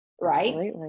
right